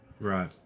Right